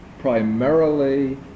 primarily